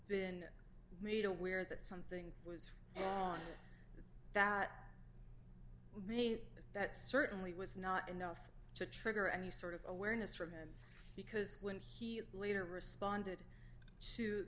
been made aware that something was wrong that may that certainly was not enough to trigger any sort of awareness from him because when he later responded to